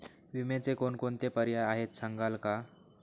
विम्याचे कोणकोणते पर्याय आहेत सांगाल का?